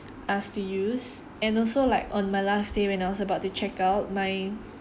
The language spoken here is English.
us to use and also like on my last day when I was about to check out my